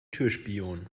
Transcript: türspion